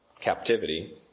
captivity